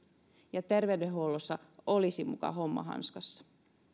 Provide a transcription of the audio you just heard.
ja terveydenhuollossa olisi muka homma hanskassa